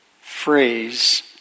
phrase